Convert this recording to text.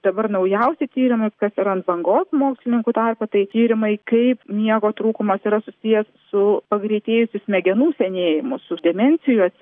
dabar naujausi tyrimai kas yra ant bangos mokslininkų tarpe tai tyrimai kaip miego trūkumas yra susijęs su pagreitėjusiu smegenų senėjimu su demencijos